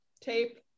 tape